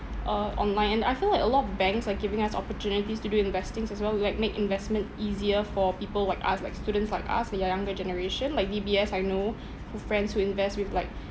uh online and I feel like a lot of banks are giving us opportunities to do investings as well like make investment easier for people like us like students like us the you~ younger generation like D_B_S I know who friends who invest with like